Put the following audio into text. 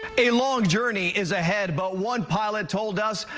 a long journey is ahead but one pilot told us,